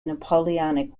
napoleonic